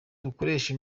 dukoresha